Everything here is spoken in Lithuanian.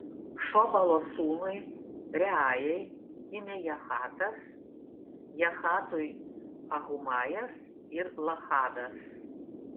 šobalo sūnui reajai gimė jahatas jahatui ahumajas ir lahadas